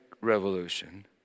revolution